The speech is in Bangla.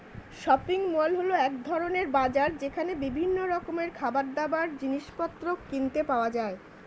শপিং মল হল এক ধরণের বাজার যেখানে বিভিন্ন রকমের খাবারদাবার, জিনিসপত্র কিনতে পাওয়া যায়